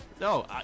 no